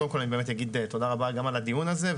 קודם כל אני באמת אגיד תודה רבה גם על הדיון הזה,